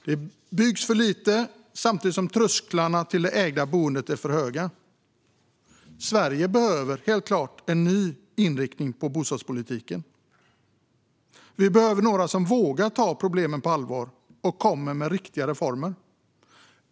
Det byggs för lite samtidigt som trösklarna till det ägda boendet är för höga. Sverige behöver helt klart en ny inriktning på bostadspolitiken. Vi behöver några som vågar ta problemen på allvar och kommer med riktiga reformer.